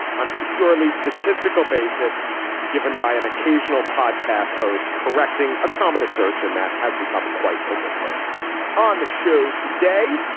on a purely statistical basis given by an occasional podcast hosts correcting a common assertion that has become quite overblown on the show today.